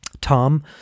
Tom